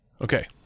Okay